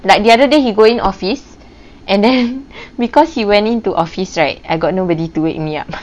like the other day he go in office and then because he went into office right I got nobody to wake me up